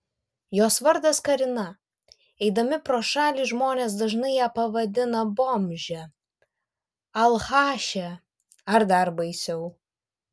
jos vardas karina eidami pro šalį žmonės dažnai ją pavadina bomže alchaše ar dar baisiau